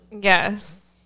Yes